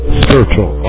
spiritual